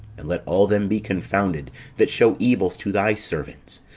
and let all them be confounded that shew evils to thy servants,